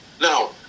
Now